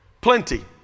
plenty